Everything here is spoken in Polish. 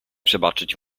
przebaczyć